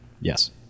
Yes